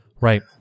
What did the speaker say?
right